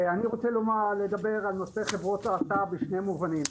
אני רוצה לדבר על נושא חברות ההסעה בשני מובנים: